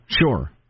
Sure